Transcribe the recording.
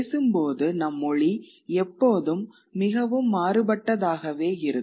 பேசும் போது நம் மொழி எப்போதும் மிகவும் மாறுபட்டதாகவே இருக்கும்